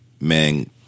man